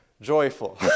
joyful